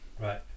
Right